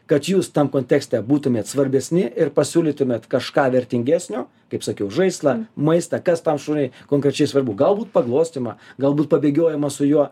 kad jūs tam kontekste būtumėt svarbesni ir pasiūlytumėt kažką vertingesnio kaip sakiau žaislą maistą kas tam šuniui konkrečiai svarbu galbūt paglostymą galbūt pabėgiojimą su juo